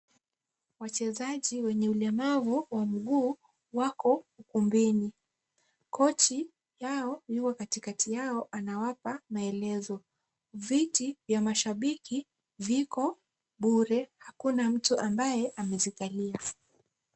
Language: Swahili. Wachezaji wenye ulemavu wa mguu wako ukumbini. Coach yao yuko katikati yao anawapa maelezo. Viti ya mashabiki viko bure, hakuna mtu ambaye amezikalia.